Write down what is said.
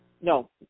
No